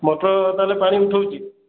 motor ତା'ହେଲେ ପାଣି ଉଠାଉଛି